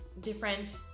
different